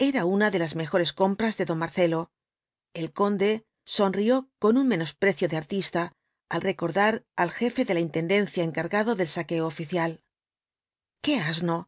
era una de las mejores compras de don marcelo el conde sonrió con un menosprecio de artista al recordar al jefe de la intendencia encargado del saqueo oficial v bt abco ibáñhz qué asnol